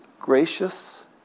gracious